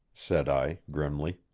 said i grimly.